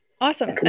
Awesome